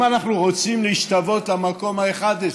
אם אנחנו רוצים להשתוות למקום ה-11,